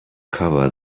cover